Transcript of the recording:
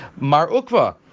Marukva